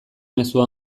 mezua